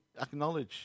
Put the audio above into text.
acknowledge